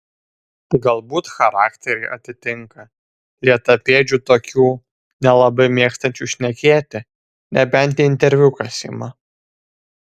galbūt charakteriai atitinka lėtapėdžių tokių nelabai mėgstančių šnekėti nebent interviu kas ima